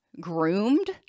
groomed